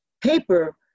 paper